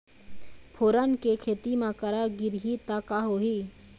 फोरन के खेती म करा गिरही त का होही?